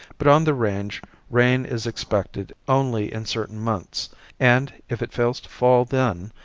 but on the range rain is expected only in certain months and, if it fails to fall then,